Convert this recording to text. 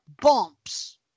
bumps